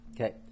Okay